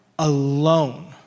alone